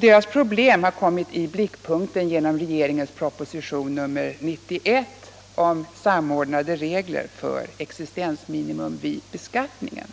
Deras problem har kommit i blickpunkten genom regeringens proposition nr 91 om mer samordnade regler för existensminimum vid beskattningen.